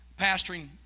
pastoring